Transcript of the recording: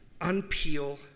unpeel